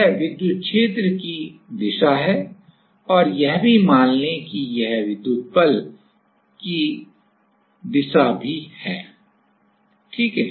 यह विद्युत क्षेत्र की दिशा है और यह भी मान लें कि यह विद्युत बल की दिशा भी है ठीक है